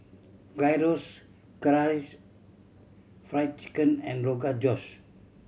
Gyros Karaage Fried Chicken and Rogan Josh